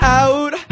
out